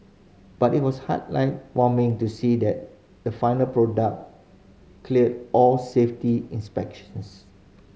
but it was heart warming to see that the final product clear all safety inspections